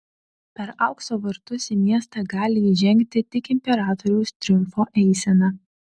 per aukso vartus į miestą gali įžengti tik imperatoriaus triumfo eisena